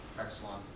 excellent